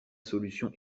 solution